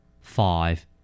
Five